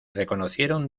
reconocieron